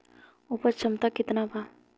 उपज क्षमता केतना वा?